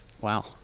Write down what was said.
Wow